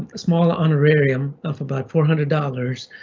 small honorarium of about four hundred dollars.